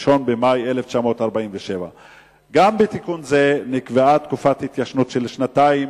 1 במאי 1947. גם בתיקון זה נקבעה תקופת התיישנות של שנתיים,